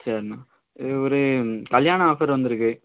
சரிண்ணா இது ஒரு கல்யாண ஆஃபர் வந்திருக்கு